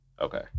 Okay